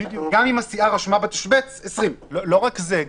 גם אם הסיעה רשמה בתשבץ 20. לא רק זה.